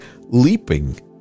leaping